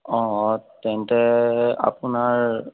অঁ অঁ তেন্তে আপোনাৰ